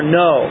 no